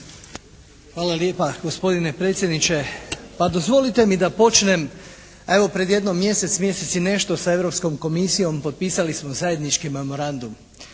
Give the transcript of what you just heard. Hvala lijepa gospodine predsjedniče. Pa dozvolite mi da počnem evo, pred jedno mjesec, mjesec i nešto sa Europskom komisijom potpisali smo zajednički memorandum.